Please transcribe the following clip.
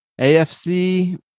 AFC